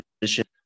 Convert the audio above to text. position